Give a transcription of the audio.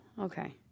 okay